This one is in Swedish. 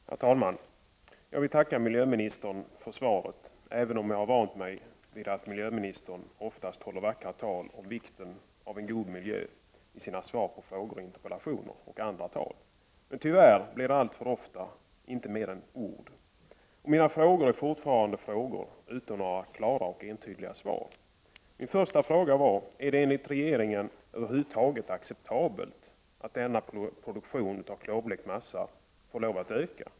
Herr talman! Jag vill tacka miljöministern för svaret, även om jag har vant mig vid att miljöministern oftast håller vackra tal om vikten av en god miljö i sina svar på frågor och interpellationer. Tyvärr blir det alltför ofta inte mer än ord. Mina frågor är fortfarande frågor utan några klara och entydiga svar. Min första fråga var om det enligt regeringen över huvud taget är acceptabelt att denna produktion av klorblekt massa får lov att öka.